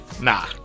Nah